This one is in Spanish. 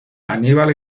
aníbal